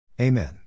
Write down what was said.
Amen